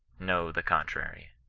know the contrary.